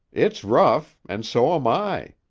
it's rough and so am i.